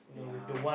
yeah